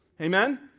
Amen